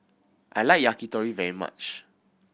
I like Yakitori very much